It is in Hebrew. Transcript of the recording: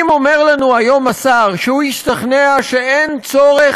אם אומר לנו היום השר שהוא השתכנע שאין צורך